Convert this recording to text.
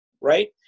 right